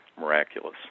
miraculous